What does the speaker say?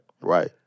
Right